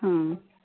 ହଁ